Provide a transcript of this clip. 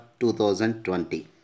2020